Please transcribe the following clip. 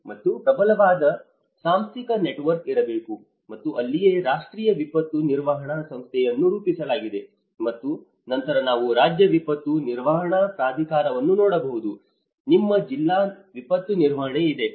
ಮತ್ತು ಪ್ರಬಲವಾದ ಸಾಂಸ್ಥಿಕ ನೆಟ್ವರ್ಕ್ ಇರಬೇಕು ಮತ್ತು ಅಲ್ಲಿಯೇ ರಾಷ್ಟ್ರೀಯ ವಿಪತ್ತು ನಿರ್ವಹಣಾ ಸಂಸ್ಥೆಯನ್ನು ರೂಪಿಸಲಾಗಿದೆ ಮತ್ತು ನಂತರ ನೀವು ರಾಜ್ಯ ವಿಪತ್ತು ನಿರ್ವಹಣಾ ಪ್ರಾಧಿಕಾರವನ್ನು ನೋಡಬಹುದು ನಿಮ್ಮ ಜಿಲ್ಲಾ ವಿಪತ್ತು ನಿರ್ವಹಣೆ ಇದೆ